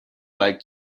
like